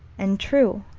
and true.